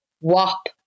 WAP